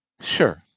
Sure